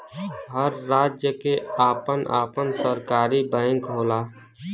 हर राज्य के आपन आपन सरकारी बैंक होला